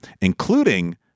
including